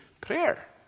prayer